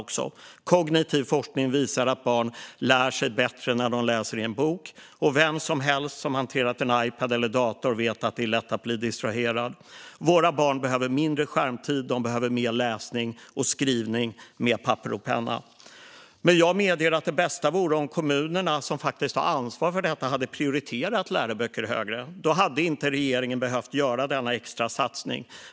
Kognitiv forskning visar att barn lär sig bättre när de läser i en bok, och vem som helst som hanterat en Ipad eller en dator vet att det är lätt att bli distraherad. Våra barn behöver mindre skärmtid. De behöver mer läsning och skrivning med papper och penna. Men jag medger att det bästa vore om kommunerna, som har ansvaret för detta, hade prioriterat läroböcker högre. Då hade inte regeringen behövt göra denna extra satsning.